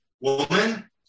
woman